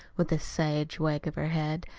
with a sage wag of her head.